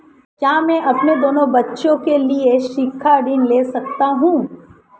क्या मैं अपने दोनों बच्चों के लिए शिक्षा ऋण ले सकता हूँ?